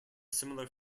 similar